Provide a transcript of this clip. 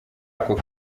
ako